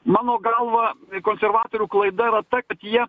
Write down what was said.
mano galva konservatorių klaida yra ta kad jie